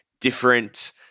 different